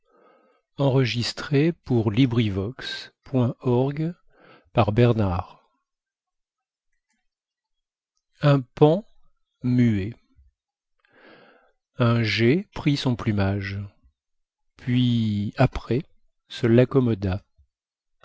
un paon muait un geai prit son plumage puis après se l'accommoda